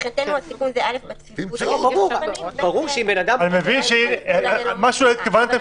מבחינתנו התיקון הוא בצפיפות --- אני מבין שמה שהתכוונתם,